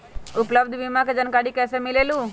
उपलब्ध बीमा के जानकारी कैसे मिलेलु?